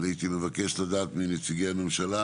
אני הייתי מבקש לדעת מנציגי הממשלה,